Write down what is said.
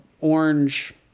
orange